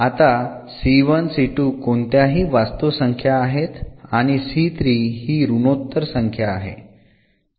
आता कोणत्याही वास्तव संख्या आहेत आणि हि ऋनोत्तर संख्या आहे